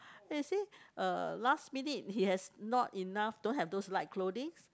they say uh last minute he has not enough don't have those light clothings